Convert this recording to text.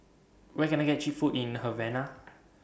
Where Can I get Cheap Food in Havana